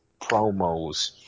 promos